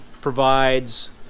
provides